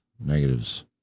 negatives